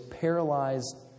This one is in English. paralyzed